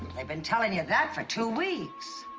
they've been telling you that for two weeks.